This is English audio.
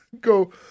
go